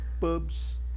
pubs